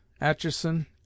Atchison